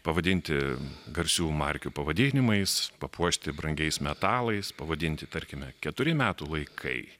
pavadinti garsių markių pavadinimais papuošti brangiais metalais pavadinti tarkime keturi metų laikai